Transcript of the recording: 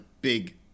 big